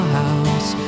house